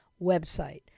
website